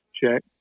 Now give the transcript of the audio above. check